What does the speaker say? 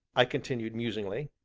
i continued musingly.